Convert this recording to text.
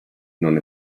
non